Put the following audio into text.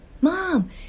Mom